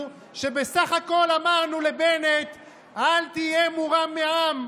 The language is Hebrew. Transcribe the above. שבסך הכול אמרנו לבנט אל תהיה מורם מעם,